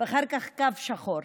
ואחר כך קו שחור,